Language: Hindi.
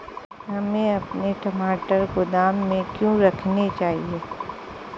हमें अपने टमाटर गोदाम में क्यों रखने चाहिए?